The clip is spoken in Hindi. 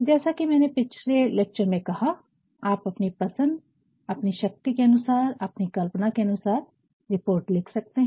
जैसा कि मैंने पिछले लेक्चर में कहा आप अपनी पसंद अपनी शक्ति की अनुसार अपनी कल्पना की अनुसार रिपोर्ट लिख सकते है